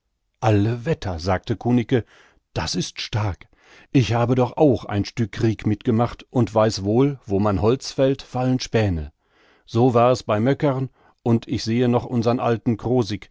alle wetter sagte kunicke das ist stark ich habe doch auch ein stück krieg mitgemacht und weiß wohl wo man holz fällt fallen spähne so war es bei möckern und ich sehe noch unsren alten